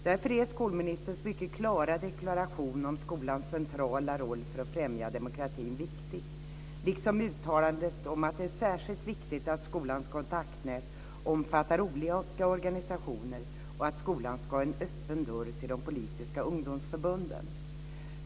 Därför är skolministerns mycket klara deklaration om skolans centrala roll för att främja demokratin viktig, liksom uttalandet om att det är särskilt viktigt att skolans kontaktnät omfattar olika organisationer och att skolan ska ha en öppen dörr till de politiska ungdomsförbunden.